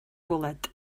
bwled